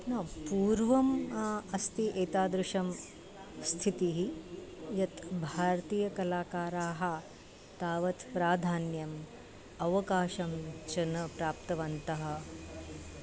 न पूर्वम् अस्ति एतादृशी स्थितिः यत् भारतीयकलाकाराः तावत् प्राधान्यम् अवकाशं च न प्राप्तवन्तः